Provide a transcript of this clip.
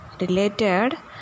Related